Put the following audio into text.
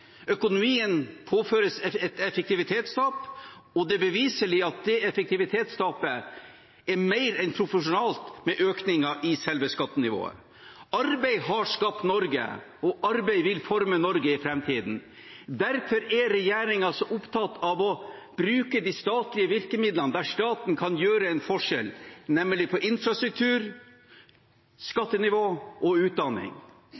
Økonomien påføres et effektivitetstap, og det er beviselig at det effektivitetstapet er mer enn proporsjonalt med økningen i selve skattenivået. Arbeid har skapt Norge, og arbeid vil forme Norge i framtiden. Derfor er regjeringen så opptatt av å bruke de statlige virkemidlene der staten kan gjøre en forskjell, nemlig på infrastruktur, skattenivå og utdanning.